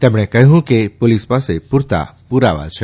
તેમણે કહ્યું કે પોલીસ પાસે પૂરતા પુરાવા છે